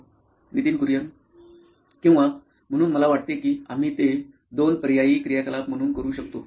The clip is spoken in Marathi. Nitin Kurien COO nine electronics किंवा म्हणून मला वाटते की आम्ही ते दोन पर्यायी क्रियाकलाप म्हणून करू शकतो